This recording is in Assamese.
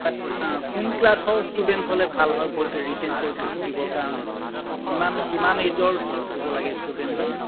অঁ কোন ক্লাছৰ ষ্টুডেণ্ট হ'লে ভাল হয় পৰী ৰিটেন পৰীক্ষাটো দিবৰ কাৰণে কিমান কিমান এইজৰ হ'ব লাগে ষ্টুডেণ্টজন